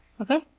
Okay